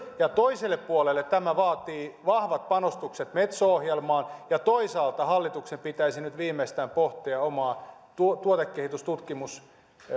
toiselle puolelle tämä vaatii vahvat panostukset metso ohjelmaan ja toisaalta hallituksen pitäisi viimeistään nyt pohtia omaa tuotekehitys tutkimus